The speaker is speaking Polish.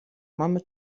mamy